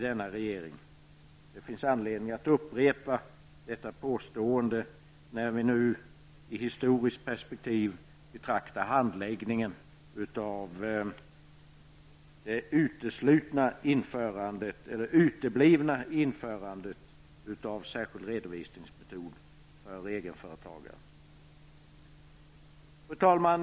Det finns skäl att upprepa detta påstående nu när vi i ett historiskt perspektiv betraktar handläggningen. Det återstår alltså att behandla frågan om en särskild redovisningsmetod för egenföretagare. Fru talman!